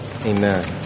Amen